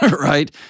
right